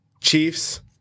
Chiefs